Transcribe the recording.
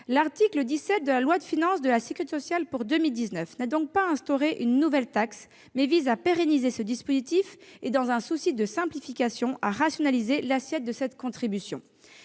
L'article 17 de la loi de financement de la sécurité sociale pour 2019 n'a donc pas institué une nouvelle taxe : il vise à pérenniser ce dispositif et, dans un souci de simplification, à rationaliser l'assiette de cette contribution.